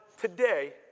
today